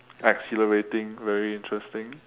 exhilarating very interesting